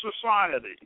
society